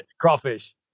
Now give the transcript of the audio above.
crawfish